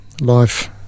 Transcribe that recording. life